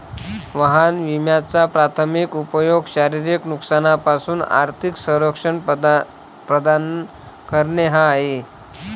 वाहन विम्याचा प्राथमिक उपयोग शारीरिक नुकसानापासून आर्थिक संरक्षण प्रदान करणे हा आहे